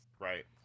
right